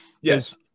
yes